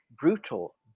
brutal